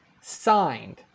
signed